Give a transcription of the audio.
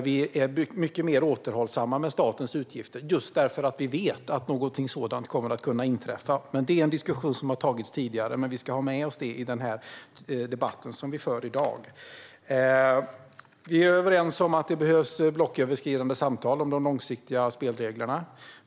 Vi är mycket mer återhållsamma med statens utgifter, just därför att vi vet att någonting sådant kan inträffa. Det är en diskussion som har förts tidigare, men vi ska ha med oss detta i dagens debatt. Det tycks som om vi är överens om att det behövs blocköverskridande samtal om de långsiktiga spelreglerna.